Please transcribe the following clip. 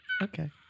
Okay